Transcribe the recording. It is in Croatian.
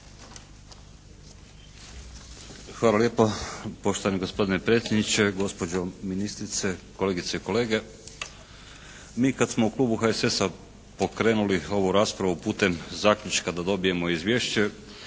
Hvala lijepo poštovani gospodine predsjedniče, gospođo ministrice, kolegice i kolege. Mi kad smo u klubu HSS-a pokrenuli ovu raspravu putem zaključka da dobijemo izvješće